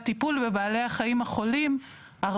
הטיפול בבעלי החיים החולים הצריך אותנו